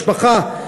משפחה,